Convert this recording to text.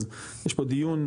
אז יש פה דיון,